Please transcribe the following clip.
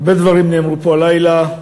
הרבה דברים נאמרו פה הלילה,